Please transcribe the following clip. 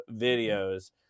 videos